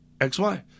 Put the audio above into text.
XY